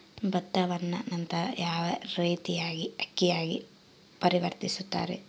ಭತ್ತವನ್ನ ನಂತರ ಯಾವ ರೇತಿಯಾಗಿ ಅಕ್ಕಿಯಾಗಿ ಪರಿವರ್ತಿಸುತ್ತಾರೆ?